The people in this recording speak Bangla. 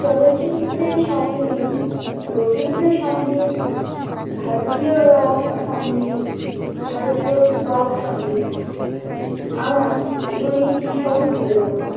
চলচ্চিত্রের সংগীত রবীন্দ্রসংগীত ভারতীয় রক সংগীত ভারতীয় পপ সংগীত আমার এগুলি সবই প্রিয়তম